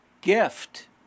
gift